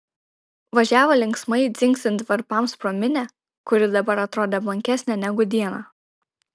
važiavo linksmai dzingsint varpams pro minią kuri dabar atrodė blankesnė negu dieną